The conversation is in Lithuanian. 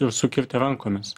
ir sukirtę rankomis